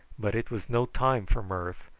but it was no time for mirth,